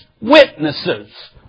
witnesses